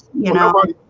you know but